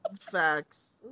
facts